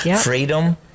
freedom